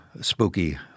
spooky